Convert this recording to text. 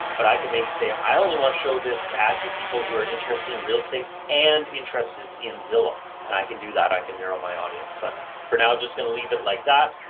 but i can maybe say, i only want to show this ad to people who are interested in real estate and interested in zillow and i can do that. i can narrow my audience, but for now i'm just gonna leave it like that.